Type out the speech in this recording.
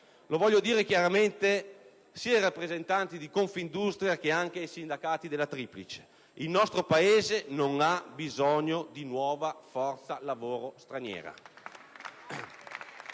Lo voglio dire chiaramente sia ai rappresentanti di Confindustria che ai sindacati della Triplice: il nostro Paese non ha bisogno di nuova forza-lavoro straniera.